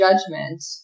judgment